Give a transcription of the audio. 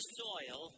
soil